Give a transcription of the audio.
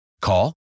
Call